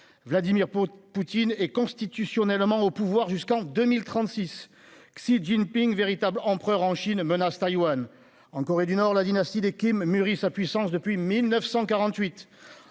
Vladimir Poutine est constitutionnellement au pouvoir jusqu'en 2036 ; Xi Jinping, véritable empereur en Chine, menace Taïwan ; en Corée du Nord, la dynastie des Kim mûrit sa puissance depuis 1948